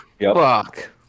fuck